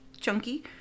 chunky